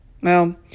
Well